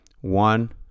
one